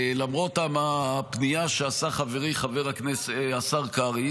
למרות הפנייה שעשה חברי, השר קרעי,